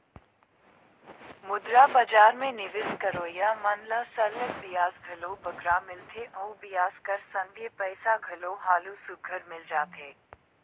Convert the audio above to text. मुद्रा बजार में निवेस करोइया मन ल सरलग बियाज घलो बगरा मिलथे अउ बियाज कर संघे पइसा घलो हालु सुग्घर मिल जाथे